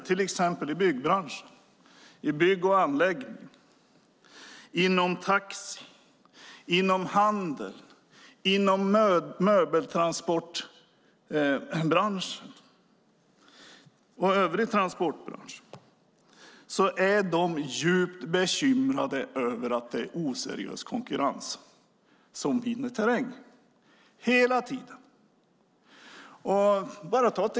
Inom byggbranschen, taxibranschen, handeln, möbeltransportbranschen och den övriga transportbranschen är man djupt bekymrad över att oseriös konkurrens hela tiden vinner terräng.